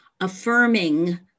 affirming